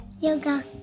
yoga